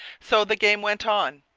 so the game went on.